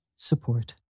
support